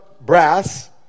brass